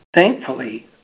Thankfully